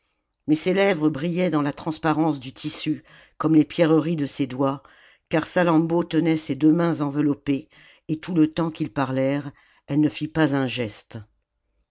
mais ses lèvres brillaient dans la transparence du tissu comme les pierreries de ses doigts car salammbô tenait ses deux mains enveloppées et tout le temps qu'ils parlèrent elle ne fit pas un geste